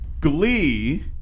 Glee